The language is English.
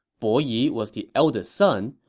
bo yi was the eldest son,